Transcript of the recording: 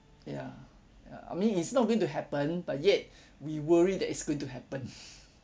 ya ya I mean it's not going to happen but yet we worry that it's going to happen